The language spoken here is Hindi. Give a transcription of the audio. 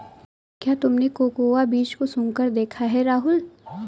क्या तुमने कोकोआ बीज को सुंघकर देखा है राहुल?